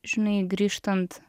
žinai grįžtant